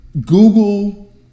Google